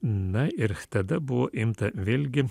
na ir tada buvo imta vėlgi